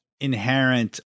inherent